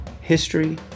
history